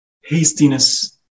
hastiness